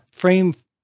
frame